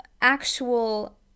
actual